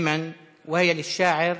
של מי, והם של המשורר)